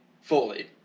fully